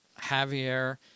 Javier